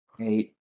eight